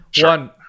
One